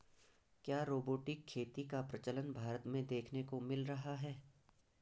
क्या रोबोटिक खेती का प्रचलन भारत में देखने को मिल रहा है?